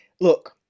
look